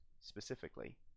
specifically